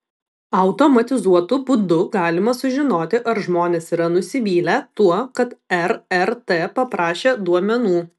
automatizuotu būdu galima sužinoti ar žmonės yra nusivylę tuo kad rrt paprašė duomenų